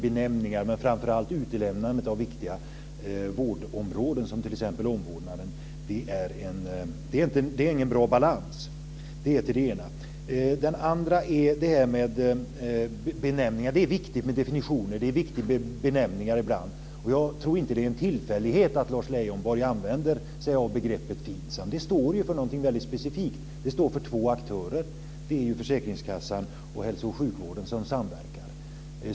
Men framför allt ger inte utelämnandet av viktiga vårdområden, som t.ex. omvårdnaden, någon bra balans. Det är det ena. Det andra är benämningar. Det är viktigt med definitioner, och det är viktigt med benämningar ibland. Jag tror inte att det är en tillfällighet att Lars Leijonborg använder sig av begreppet FINSAM. Det står för något mycket specifikt. Det står för två aktörer. Det är försäkringskassan och hälso och sjukvården som samverkar.